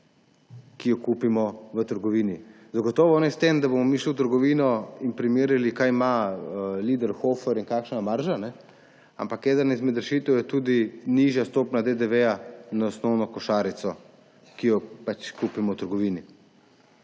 ki jo kupimo v trgovini. Zagotovo ne s tem, da bomo mi šli v trgovino in primerjali, kaj ima Lidl, Hofer in kakšna je marža. Ena izmed rešitev je tudi nižja stopnja DDV na osnovno košarico, ki jo kupimo v trgovini.